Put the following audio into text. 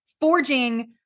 forging